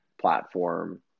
platform